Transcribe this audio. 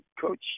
coach